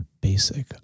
Basic